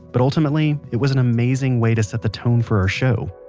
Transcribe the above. but ultimately, it was an amazing way to set the tone for our show